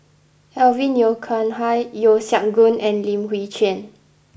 Alvin Yeo Khirn Hai Yeo Siak Goon and Lim Chwee Chian